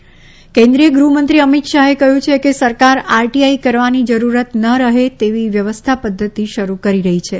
ત કેન્દ્રિય ગૃહમંત્રી અમિત શાહે કહ્યું છે કે સરકાર આરટીઆઇ કરવાની જરૂરત ન રહે તેવી વ્યવસ્થા પદ્ધતિ શરૂ કરી રહી છે